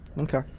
Okay